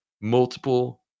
multiple